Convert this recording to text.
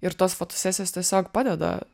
ir tos fotosesijos tiesiog padeda